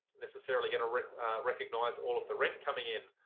necessarily going to recognize all of the rent coming in